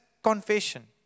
confession